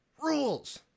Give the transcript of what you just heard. rules